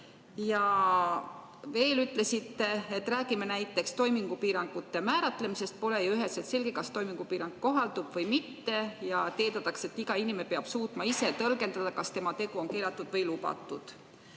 Veel ütlesite: "Räägime näiteks toimingupiirangute määratlemisest. Pole ju üheselt selge, kas toimingupiirang kohaldub või mitte." Ja: "... eeldatakse, et iga inimene peab suutma ise tõlgendada, kas tema tegu on keelatud või lubatud.